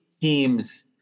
teams